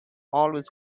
always